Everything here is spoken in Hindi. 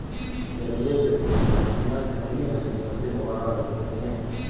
जलीय कृषि की मछलियां जंगली मछलियों से मुकाबला कर सकती हैं